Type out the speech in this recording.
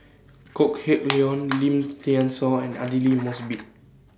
Kok Heng Leun Lim Thean Soo and Aidli Mosbit